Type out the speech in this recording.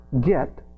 get